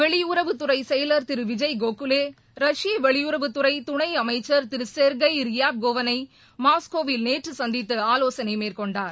வெளியுறவுத்துறை செயலர் திரு விஜய் கோக்லே ரஷ்ய வெளியுறவுத்துறை துணை அமைச்சர் திரு ஷெர்கே ரயாப் கோவானை மாஸ்கோவில் நேற்று சந்தித்து ஆலோசனை மேற்கொண்டார்